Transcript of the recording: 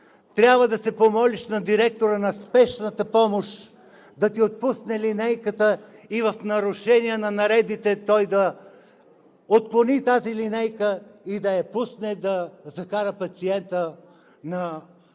Трябва да се помолиш на директора на спешната помощ да ти отпусне линейката и в нарушение на наредбите той да отклони тази линейка и да я пусне да закара пациента на